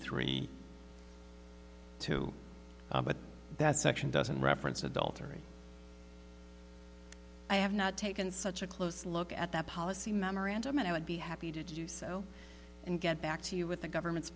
three two but that section doesn't reference adultery i have not taken such a close look at that policy memorandum and i would be happy to do so and get back to you with the government's